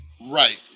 Right